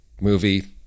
movie